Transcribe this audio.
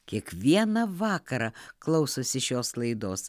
kiekvieną vakarą klausosi šios laidos